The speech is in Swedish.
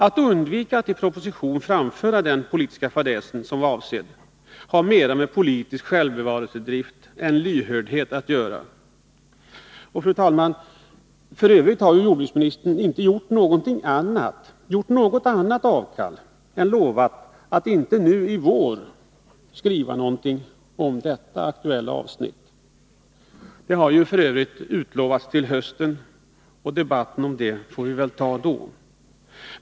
Att undvika att i proposition framföra den politiska fadäs som var avsedd har mera med politisk självbevarelsedrift än lyhördhet att göra, och, fru talman, f. ö. har ju jordbruksministern inte gjort något annat avkall än lovat att inte nu i vår skriva någonting om detta aktuella avsnitt. Det har f. ö. utlovats till hösten, och debatten om det får vi väl ta då.